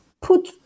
put